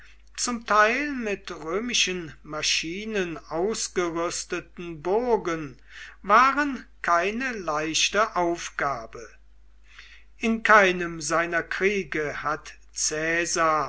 zum teil mit römischen maschinen ausgerüsteten burgen waren keine leichte aufgabe in keinem seiner kriege hat